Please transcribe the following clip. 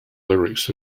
lyrics